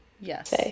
Yes